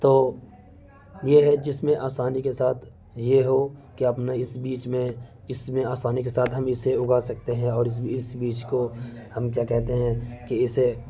تو یہ ہے جس میں آسانی کے ساتھ یہ ہو کہ اپنا اس بیج میں اس میں آسانی کے ساتھ ہم اسے اگا سکتے ہیں اور اس اس بیج کو ہم کیا کہتے ہیں کہ اسے